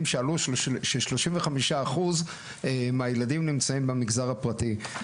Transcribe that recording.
שעלו ש-35% מהילדים נמצאים במגזר הפרטי.